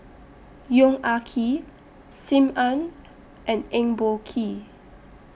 Yong Ah Kee SIM Ann and Eng Boh Kee